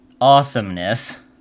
awesomeness